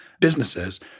businesses